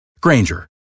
Granger